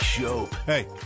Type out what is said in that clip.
Hey